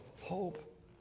Hope